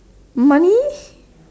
money